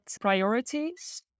priorities